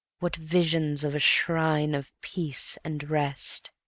what visions of a shrine of peace and rest!